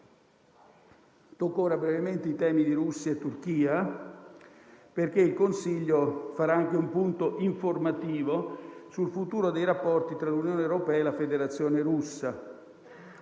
Tocco ora brevemente i temi riguardanti Russia e Turchia, perché il Consiglio europeo farà anche un punto informativo sul futuro dei rapporti tra l'Unione europea e la Federazione Russa.